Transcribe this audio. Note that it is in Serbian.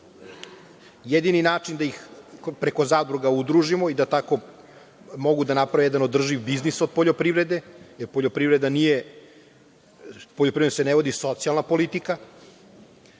jedini način da ih preko zadruga udružimo. Tako mogu da naprave jedan održiv biznis od poljoprivrede, jer poljoprivredom se ne vodi socijalna politika